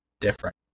different